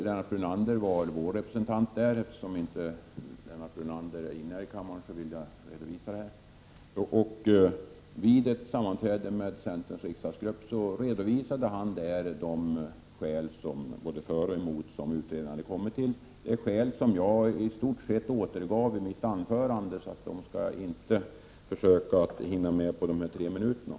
Lennart Brunander var vår representant i utredningen, och eftersom han nu inte är i kammaren vill jag tala om att han vid ett sammanträde med centerns riksdagsgrupp redovisade de skäl både för och emot som utredningen kommit fram till. Det är skäl som jag i stort sett återgav i mitt huvudanförande, så dem skall jag inte försöka hinna med på de här tre minuterna.